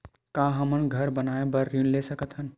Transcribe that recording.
का हमन घर बनाए बार ऋण ले सकत हन?